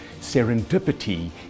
Serendipity